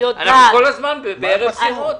אנחנו כל הזמן בערב בחירות.